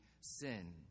sin